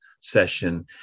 session